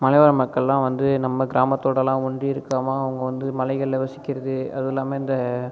மலைவாழ் மக்கள்லாம் வந்து நம்ப கிராமத்தோடுலாம் ஒண்டி இருக்காமல் அவங்க வந்து மலைகளில் வசிக்கிறது அதுவும் இல்லாமல் இந்த